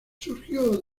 surgió